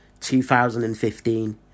2015